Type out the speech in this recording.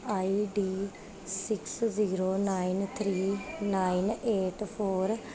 ID six zero nine three nine eight four